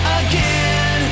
again